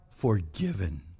forgiven